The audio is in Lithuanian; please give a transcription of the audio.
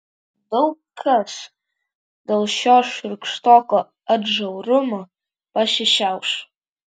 daug kas dėl šio šiurkštoko atžarumo pasišiauš